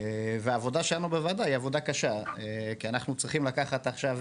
העבודה שלנו בוועדה היא עבודה קשה כי אנחנו צריכים לקחת עכשיו